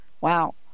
Wow